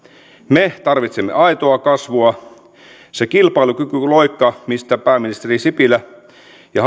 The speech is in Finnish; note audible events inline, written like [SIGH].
me tarvitsemme aitoa kasvua se kilpailukykyloikka mistä pääministeri sipilä ja [UNINTELLIGIBLE]